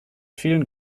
vielen